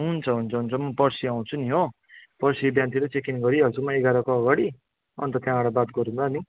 हुन्छ हुन्छ हुन्छ म पर्सी आउँछु नि हो पर्सी बिहानतिरै चेकिङ गरिहाल्छु म एघारको अगाडि अन्त त्यहाँबाट बात गरुँला नि